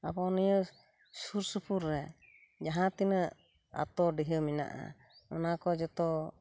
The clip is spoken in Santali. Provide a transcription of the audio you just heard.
ᱟᱵᱚ ᱱᱤᱭᱟᱹ ᱥᱩᱨᱥᱩᱯᱩᱨ ᱨᱮ ᱡᱟᱦᱟᱸᱛᱤᱱᱟᱹᱜ ᱟᱛᱚᱰᱤᱦᱟᱹ ᱢᱮᱱᱟᱜᱼᱟ ᱚᱱᱟ ᱠᱚ ᱡᱚᱛᱚ